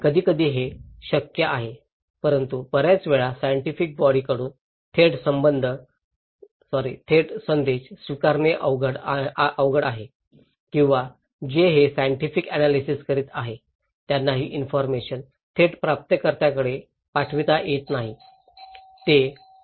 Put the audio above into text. कधीकधी हे शक्य आहे परंतु बर्याच वेळा सायन्टिफिक बॉडीं कडून थेट संदेश स्वीकारणे अवघड आहे किंवा जे हे सायन्टिफिक अन्यालीसीस करीत आहेत त्यांना ही इन्फॉरमेशन थेट प्राप्तकर्त्याकडेही पाठविता येत नाही